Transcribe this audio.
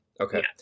Okay